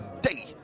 day